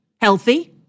healthy